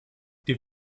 dir